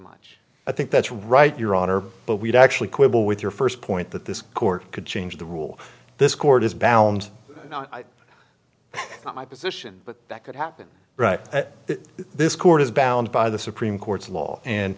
much i think that's right your honor but we'd actually quibble with your first point that this court could change the rule this court is bound by my position but that could happen right that this court is bound by the supreme court's law and